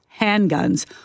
handguns